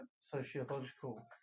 sociological